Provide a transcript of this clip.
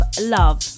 love